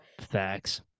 facts